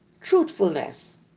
truthfulness